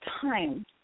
time